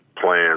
plans